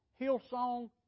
Hillsong